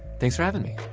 thanks for having me.